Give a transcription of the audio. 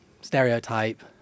stereotype